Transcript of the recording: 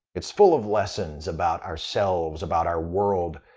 it's full of lessons about ourselves, about our world,